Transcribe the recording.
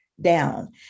down